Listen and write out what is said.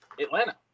Atlanta